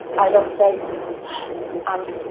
i don't say and